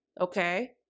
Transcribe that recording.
okay